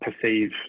perceive